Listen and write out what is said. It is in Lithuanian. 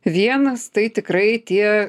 vienas tai tikrai tie